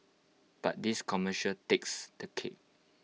but this commercial takes the cake